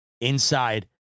inside